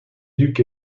duc